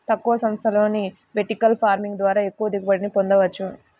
తక్కువ స్థలంలోనే vertical farming ద్వారా ఎక్కువ దిగుబడిని పొందవచ్చు